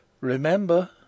Remember